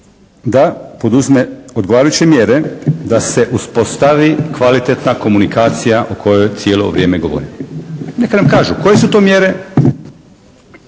da poduze odgovarajuće mjere da se uspostavi kvalitetna komunikacija o kojoj cijelo vrijeme govorimo. Neka nam kažu koje su to mjere.